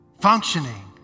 functioning